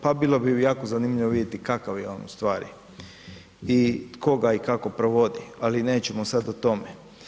Pa bilo bi jako zanimljivo vidjeti kakav je on u stvari i tko ga i kako provodi, ali nećemo sad o tome.